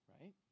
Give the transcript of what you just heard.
right